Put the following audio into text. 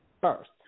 first